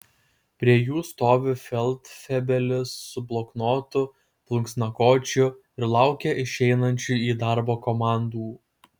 prie jų stovi feldfebelis su bloknotu plunksnakočiu ir laukia išeinančių į darbą komandų